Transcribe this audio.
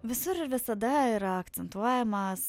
visur ir visada yra akcentuojamas